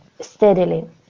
steadily